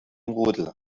rudel